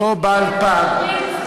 אותו בעל פאב,